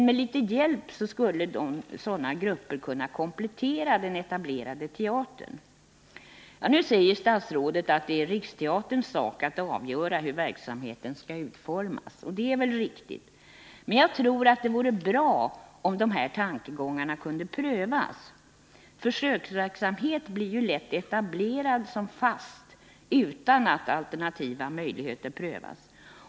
Med litet hjälp skulle emellertid sådana grupper komplettera den etablerade teatern. Nu säger statsrådet att det är Riksteaterns sak att avgöra hur verksamheten skall utformas. Det är väl riktigt. Men jag tror att det vore bra om de här tankegångarna kunde prövas. Försöksverksamuet blir ju lätt etablerad som fast utan att alternativa möjligheter prövas.